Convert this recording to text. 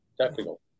technical